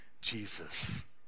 Jesus